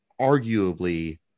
arguably